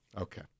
Okay